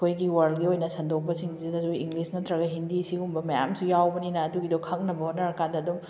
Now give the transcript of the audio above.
ꯑꯩꯈꯣꯏꯒꯤ ꯋ꯭ꯔꯜꯒꯤ ꯑꯣꯏꯅ ꯁꯟꯗꯣꯛꯄꯁꯤꯡꯁꯤꯗꯁꯨ ꯏꯪꯂꯤꯁ ꯅꯠꯇ꯭ꯔꯒ ꯍꯤꯟꯗꯤ ꯑꯁꯤꯒꯨꯝꯕ ꯃꯌꯥꯝꯁꯨ ꯌꯥꯎꯕꯅꯤꯅ ꯑꯗꯨꯒꯤꯗꯣ ꯈꯪꯅꯕ ꯍꯣꯠꯅꯔꯀꯥꯟꯗ ꯑꯗꯨꯝ